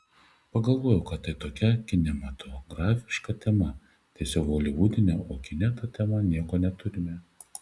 pagalvojau kad tai tokia kinematografiška tema tiesiog holivudinė o kine ta tema nieko neturime